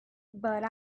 but